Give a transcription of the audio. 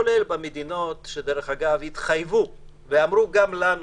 כולל במדינות שהתחייבו ואמרו גם לנו